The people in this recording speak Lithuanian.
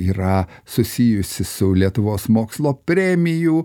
yra susijusi su lietuvos mokslo premijų